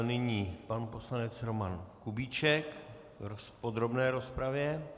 Nyní pan poslanec Roman Kubíček v podrobné rozpravě.